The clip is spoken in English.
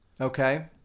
okay